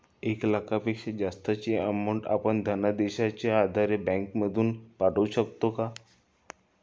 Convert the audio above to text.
एक लाखापेक्षा जास्तची अमाउंट आपण धनादेशच्या आधारे बँक मधून पाठवू शकतो का?